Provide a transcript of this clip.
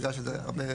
בגלל שזה הרבה,